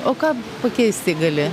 o ką pakeisti gali